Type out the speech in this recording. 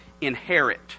inherit